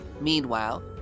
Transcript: Meanwhile